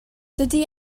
dydy